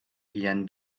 jañ